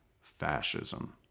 fascism